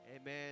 amen